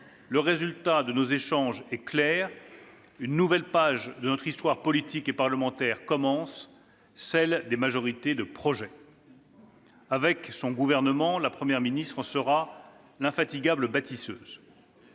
Le résultat de nos échanges est clair. Une nouvelle page de notre histoire politique et parlementaire commence : celle des majorités de projet. Avec mon gouvernement, j'en serai l'infatigable bâtisseuse.